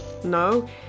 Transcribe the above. No